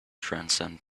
transcend